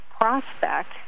prospect